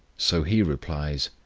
so he replies,